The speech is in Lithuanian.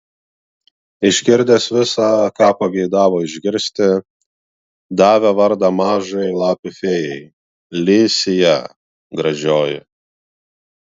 išgirdęs visa ką pageidavo išgirsti davė vardą mažajai lapių fėjai li sija gražioji